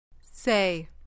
Say